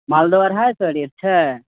मालदह अढ़ाइ सए रेट हए